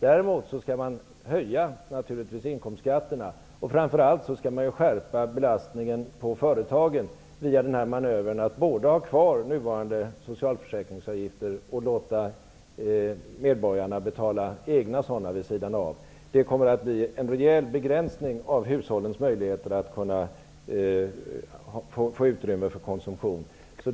Däremot skall naturligtvis inkomstskatterna höjas, framför allt skall belastningen på företagen skärpas via manövern att både ha kvar nuvarande socialförsäkringsavgifter och låta medborgarna betala egna sådana vid sidan av. Det kommer att bli en rejäl begränsning av hushållens möjligheter att få utrymme för konsumtion.